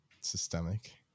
systemic